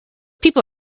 people